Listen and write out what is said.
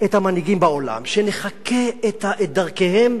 את המנהיגים בעולם, שנחקה את דרכיהם.